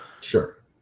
Sure